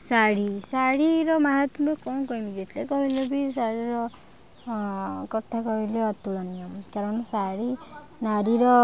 ଶାଢ଼ୀ ଶାଢ଼ୀର ମାହାତ୍ମ୍ୟ କ'ଣ କହିମି ଯେତେ କହିଲେ ବି ଶାଢ଼ୀର କଥା କହିଲେ ଅତୁଳନୀୟ କାରଣ ଶାଢ଼ୀ ନାରୀର